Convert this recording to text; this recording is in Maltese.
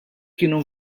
kienu